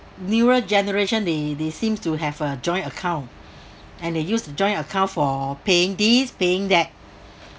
newer generation they they seem to have a joint account and they used to join account for paying these paying that